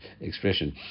expression